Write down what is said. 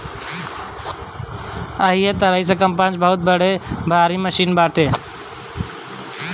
एही तरही कम्पाईन भी बहुते बड़ अउरी भारी मशीन बाटे